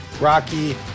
Rocky